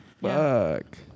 Fuck